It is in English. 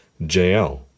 JL